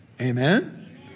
Amen